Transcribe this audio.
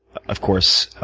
of course,